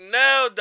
now